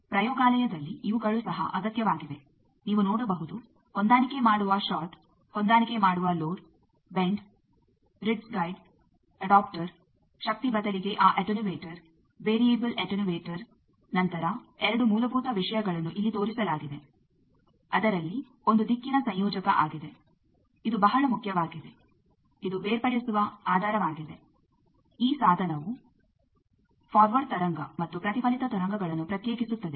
ಪ್ರಯೋಗಾಲಯದಲ್ಲಿ ಇವುಗಳು ಸಹ ಅಗತ್ಯವಾಗಿವೆ ನೀವು ನೋಡಬಹುದು ಹೊಂದಾಣಿಕೆ ಮಾಡುವ ಷಾರ್ಟ್ ಹೊಂದಾಣಿಕೆ ಮಾಡುವ load bend ridge guide adapter ಶಕ್ತಿ ಬದಲಿಗೆ ಆ ಅಟೆನ್ಯುವೇಟರ್ ವೇರಿಯಬಲ್ ಅಟೆನ್ಯುವೇಟರ್ ನಂತರ ಎರಡು ಮೂಲಭೂತ ವಿಷಯಗಳನ್ನು ಇಲ್ಲಿ ತೋರಿಸಲಾಗಿದೆ ಅದರಲ್ಲಿ ಒಂದು ದಿಕ್ಕಿನ ಸಂಯೋಜಕ ಆಗಿದೆ ಇದು ಬಹಳ ಮುಖ್ಯವಾಗಿದೆ ಇದು ಬೇರ್ಪಡಿಸುವ ಆಧಾರವಾಗಿದೆ ಈ ಸಾಧನವು ಫಾರ್ವರ್ಡ್ ತರಂಗ ಮತ್ತು ಪ್ರತಿಫಲಿತ ತರಂಗಗಳನ್ನು ಪ್ರತ್ಯೇಕಿಸುತ್ತದೆ